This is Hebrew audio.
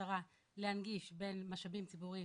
במטרה להנגיש בין משאבים ציבוריים,